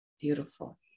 beautiful